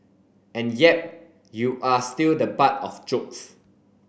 and yep you are still the butt of jokes